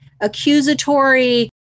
accusatory